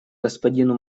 господину